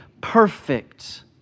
perfect